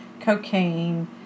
cocaine